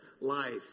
life